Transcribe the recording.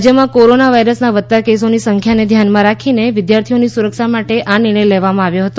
રાજ્યમાં કોરોના વાયરસના વધતા કેસોની સંખ્યાને ધ્યાનમાં રાખીને વિદ્યાર્થીઓની સુરક્ષા માટે આ નિર્ણય લેવામાં આવ્યો હતો